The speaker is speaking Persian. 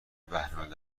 بهرهمند